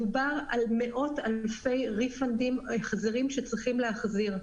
מדובר על מאות אלפי החזרים שצריכים להחזיר.